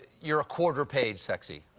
you're a quarter-page sexy.